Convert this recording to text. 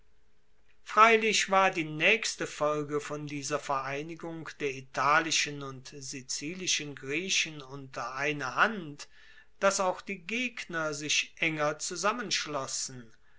freilich war die naechste folge von dieser vereinigung der italischen und sizilischen griechen unter eine hand dass auch die gegner sich enger zusammenschlossen